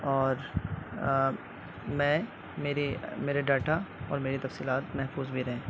اور میں میرے میرے ڈاٹا اور میرے تفصیلات محفوظ بھی رہیں